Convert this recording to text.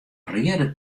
reade